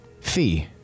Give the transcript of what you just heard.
fee